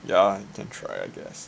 ya can try I guess